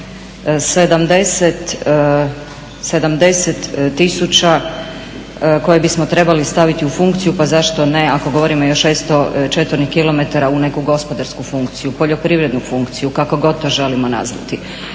tisuća koje bismo trebali staviti u funkciju pa zašto ne ako govorimo i o 600 četvornih kilometara u neku gospodarsku funkciju, poljoprivrednu funkciju, kako god to želimo nazvati.